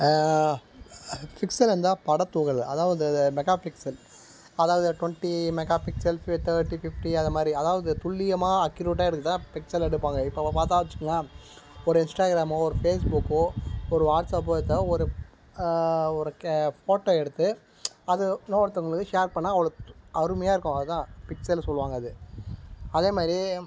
Pixel இருந்தால் படத்துகள் அதாவது அது மெகா பிக்சல் அதாவது twenty megapixel thirty fifty அது மாதிரி அதாவது துல்லியமாக அக்யூரேட்டாக எடுக்க தான் பிக்சல் எடுப்பாங்க இப்போ நம்ம பார்த்தா வெச்சுக்கங்க ஒரு இன்ஸ்டாகிராமோ ஒரு ஃபேஸ்புக்கோ ஒரு வாட்ஸ்ஆப்போ எடுத்தாலோ ஒரு ஒரு கே ஃபோட்டோ எடுத்து அதை இன்னோருத்தங்களுக்கு ஷேர் பண்ணால் அவ்வளோ து அருமையாக இருக்கும் அதான் பிக்சலு சொல்வாங்க அது அதே மாதிரி